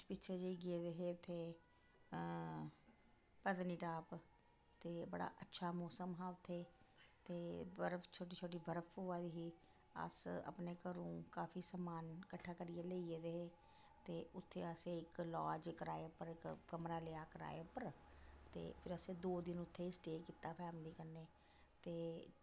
पिच्छे जेह् गेदे ही उत्थै पत्नीटाप ते बड़ा अच्छा मौसम हा उत्थे ते बर्फ छोटी छोटी बर्फ पोआ दी ही अस अपने घरुं काफी समान कट्ठा करियै लेई गेदे हे ते उत्थें असें इक लाज कराये उप्पर इक कमरा लेआ कराये उप्पर ते फिर असें दो दिन उत्थै ही स्टे कीता फैमली कन्नै ते